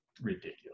ridiculous